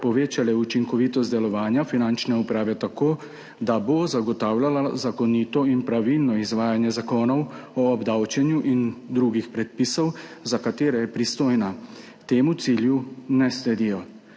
povečale učinkovitost delovanja Finančne uprave tako, da bo zagotavljala zakonito in pravilno izvajanje zakonov o obdavčenju in drugih predpisov, za katere je pristojna, temu cilju ne sledijo.